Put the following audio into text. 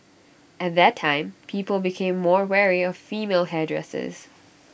at that time people became more wary of female hairdressers